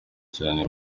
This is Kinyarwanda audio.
cyane